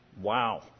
Wow